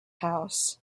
house